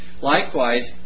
likewise